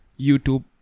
YouTube